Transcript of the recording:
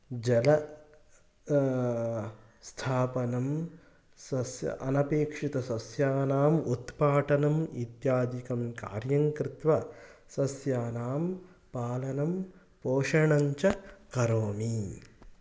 जलं स्थापनं सस्य अनपेक्षितसस्यानाम् उत्पाटनम् इत्यादिकं कार्यं कृत्वा सस्यानां पालनं पोषणञ्च करोमि